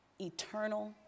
eternal